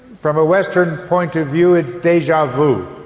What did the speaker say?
from a western point of view it's deja vu,